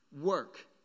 work